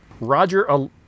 Roger